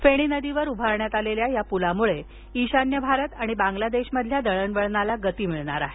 फेणी नदीवर उभारण्यात आलेल्या या पुलामुळे ईशान्य भारत आणि बांगलादेशमधील दळणवळणाला गती मिळणार आहे